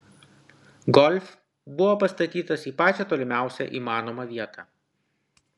golf buvo pastatytas į pačią tolimiausią įmanomą vietą